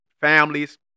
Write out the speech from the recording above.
families